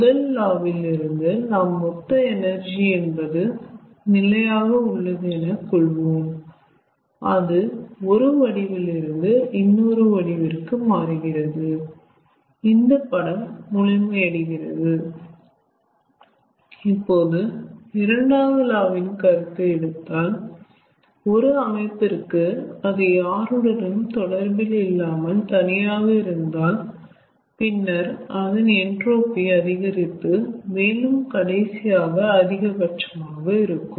முதல் லா வில் இருந்து நாம் மொத்த எனர்ஜி என்பது நிலையாக உள்ளது என கொள்வோம் அது ஒரு வடிவில் இருந்து இன்னொரு வடிவிற்கு மாறுகிறது இந்த படம் முழுமை அடைகிறது இப்போது இரண்டாவது லா வின் கருத்தை எடுத்தால் ஒரு அமைப்பிற்கு அது யாருடனும் தொடர்பில் இல்லாமல் தனியாக இருந்தால் பின்னர் அதன் என்ட்ரோபி அதிகரித்து மேலும் கடைசியாக அதிகபட்சமாக இருக்கும்